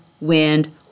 wind